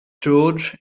george